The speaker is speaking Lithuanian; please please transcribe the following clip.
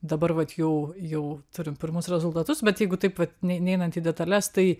dabar vat jau jau turim pirmus rezultatus bet jeigu taip vat ne neinant į detales tai